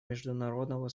международного